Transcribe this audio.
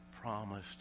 promised